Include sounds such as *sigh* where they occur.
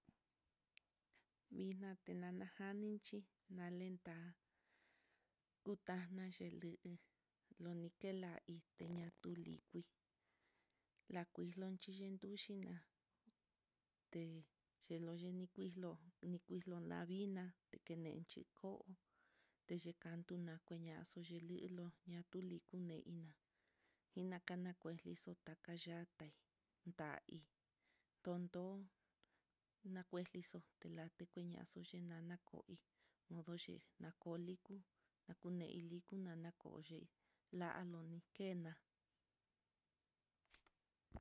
Vina tinana janixhi nalenta'a, kutaná x *hesitation* 'i lontela iteña tulingui, la kuilonchí xhituxi, na té xhinoxli likuxló nikuxlo laviná, tekenechí ko'o xhikantu nakue ñaxo'o, xhililo ñatuli kuneí na ina nakana kueixlo xo'o, takayataí tahí tondo nakuexlixo téla tekuelaxo teñana koi noxhi lakulikó, kuneiliko tinana kó x *hesitation* la'a noni kená.